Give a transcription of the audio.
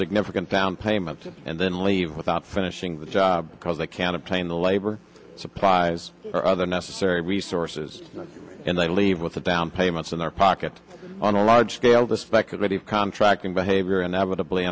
significant down payment and then leave without finishing the job because they can obtain the labor supplies or other necessary resources and they leave with the down payments in their pocket on a large scale the speculative contracting behavior and evi